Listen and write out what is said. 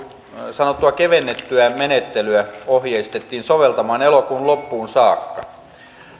sanottua kevennettyä menettelyä ohjeistettiin soveltamaan elokuun loppuun saakka